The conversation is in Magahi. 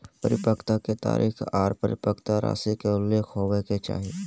परिपक्वता के तारीख आर परिपक्वता राशि के उल्लेख होबय के चाही